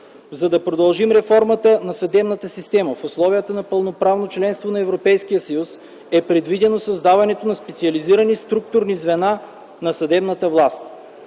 За да продължим реформата на съдебната система в условията на пълноправно членство в Европейския съюз, е предвидено създаването на специализирани структурни звена на съдебната власт.